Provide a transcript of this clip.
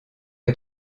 est